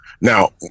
Now